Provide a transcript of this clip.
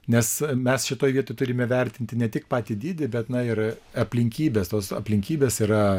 nes mes šitoj vietoj turime vertinti ne tik patį dydį bet na ir aplinkybes tos aplinkybės yra